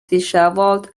dishevelled